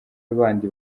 bandi